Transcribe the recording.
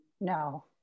no